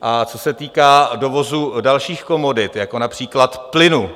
A co se týká dovozu dalších komodit, jako například plynu